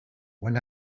when